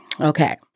Okay